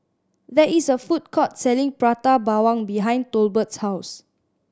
there is a food court selling Prata Bawang behind Tolbert's house